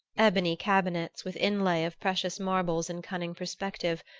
ebony cabinets, with inlay of precious marbles in cunning perspective,